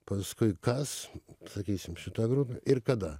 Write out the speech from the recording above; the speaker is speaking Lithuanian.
paskui kas sakysim šita grupė ir kada